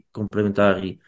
complementari